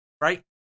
Right